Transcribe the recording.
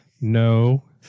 no